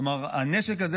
כלומר הנשק הזה,